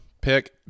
pick